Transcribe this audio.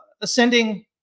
ascending